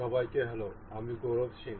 সবাইকে হ্যালো আমি গৌরব সিং